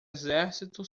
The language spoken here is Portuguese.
exército